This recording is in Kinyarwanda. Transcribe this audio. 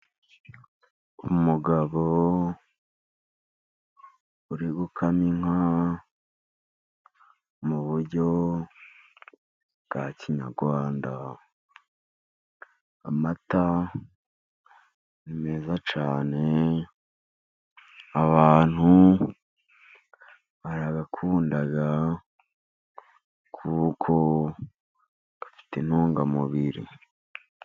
Umugabo uri gukama inka mu buryo bwa kinyarwanda. Amata ni meza cyan, abantu barayakunda, kuko afite intungamubiri.